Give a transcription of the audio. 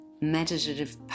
meditative